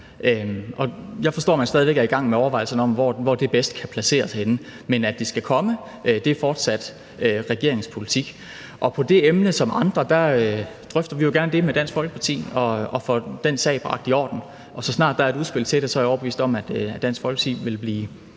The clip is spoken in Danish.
Jeg forstår, at man stadig væk er i gang med overvejelserne om, hvor det bedst kan placeres henne, men at det skal komme, er fortsat regeringens politik. Hvad angår det emne såvel som andre emner, drøfter vi det jo gerne med Dansk Folkeparti og får den sag bragt i orden, og så snart der er et udspil til det, er jeg overbevist om at Dansk Folkeparti vil blive